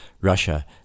Russia